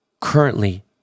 currently